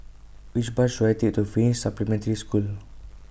Which Bus should I Take to Finnish Supplementary School